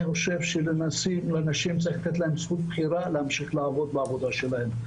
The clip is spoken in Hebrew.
אני חושב שצריך לתת לנשים את זכות הבחירה אם להמשיך לעבוד בעבודה שלהן.